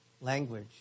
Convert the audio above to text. language